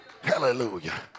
Hallelujah